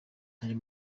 iyo